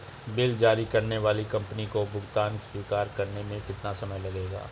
Bill जारी करने वाली कंपनी को भुगतान स्वीकार करने में कितना समय लगेगा?